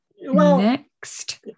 next